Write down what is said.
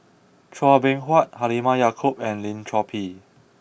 Chua Beng Huat Halimah Yacob and Lim Chor Pee